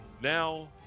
Now